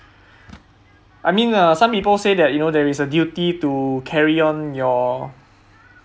I mean uh some people say that you know there is a duty to carry on your